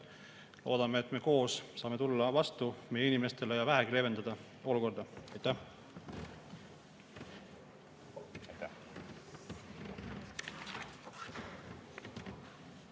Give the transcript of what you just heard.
loodame, et me koos saame tulla vastu meie inimestele ja vähegi leevendada olukorda. Aitäh,